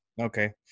okay